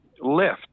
lift